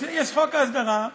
יש חוק ההסדרה.